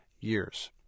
years